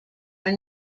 are